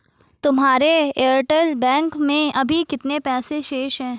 तुम्हारे Airtel bank में अभी कितने पैसे शेष हैं?